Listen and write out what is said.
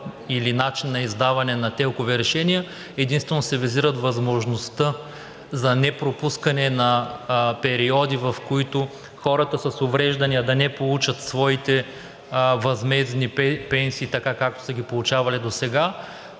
или начин на издаване на ТЕЛК-ови решения. Единствено се визира възможността за непропускане на периоди, в които хората с увреждания да не получат своите възмездни пенсии, така както са ги получавали досега.